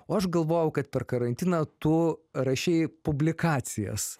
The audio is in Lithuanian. o aš galvojau kad per karantiną tu rašei publikacijas